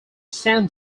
san